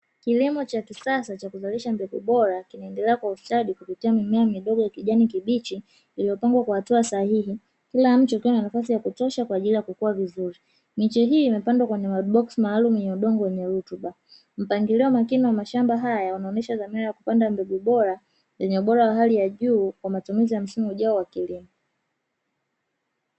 Kilimo cha kisasa cha kuzalisha mbegu bora, kinaendelea kwa ustadi kupitia mimea midogo ya kijani kibichi iliyopangwa kwenye kwa hatua sahihi, kila mche ukiwa na nafasi ya kutosha kwa ajili ya kukua vizuri. Miche hii imepandwa kwenye maboksi maalumu yenye udongo wenye rutuba, mpangilio makini wa mashamba haya unaonyesha dhamira ya kupanda mbegu bora zenye ubora wa hali ya juu Kwa matumizi wa msimu ujao wa kilimo.